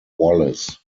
wallis